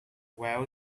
well